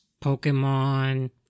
Pokemon